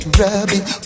rubbing